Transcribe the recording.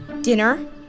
Dinner